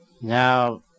Now